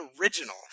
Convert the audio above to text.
original